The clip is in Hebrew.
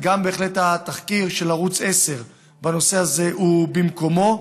ובהחלט גם התחקיר של ערוץ 10 בנושא הזה הוא במקומו.